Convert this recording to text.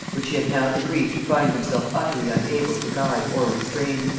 which he had now the grief to find himself utterly unable to guide or restrain.